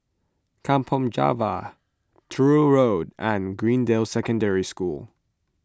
Kampong Java Truro Road and Greendale Secondary School